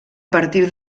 partir